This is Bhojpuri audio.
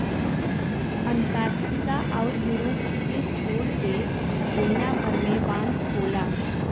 अंटार्टिका आउर यूरोप के छोड़ के दुनिया भर में बांस होला